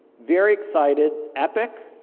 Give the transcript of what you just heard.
very excited. epic,